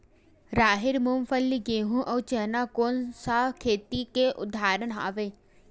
राहेर, मूंगफली, गेहूं, अउ चना कोन सा खेती के उदाहरण आवे?